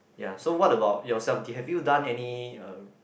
ya so what about yourself did you've done any